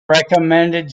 recommended